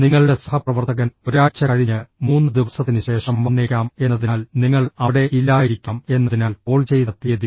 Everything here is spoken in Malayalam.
നിങ്ങളുടെ സഹപ്രവർത്തകൻ ഒരാഴ്ച കഴിഞ്ഞ് മൂന്ന് ദിവസത്തിന് ശേഷം വന്നേക്കാം എന്നതിനാൽ നിങ്ങൾ അവിടെ ഇല്ലായിരിക്കാം എന്നതിനാൽ കോൾ ചെയ്ത തീയതി